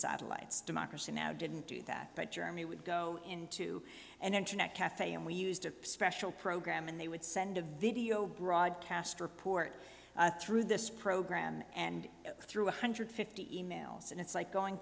satellites democracy now didn't do that but germany would go into an internet cafe and we used a special program and they would send a video broadcast report through this program and through one hundred fifty e mails and it's like going